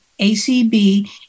ACB